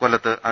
കൊല്ലത്ത് അഡ